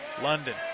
London